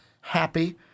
happy